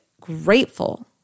grateful